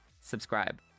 subscribe